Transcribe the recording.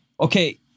okay